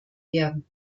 werden